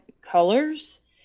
colors